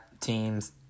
teams